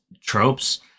tropes